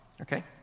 Okay